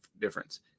difference